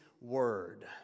Word